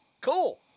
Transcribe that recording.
Cool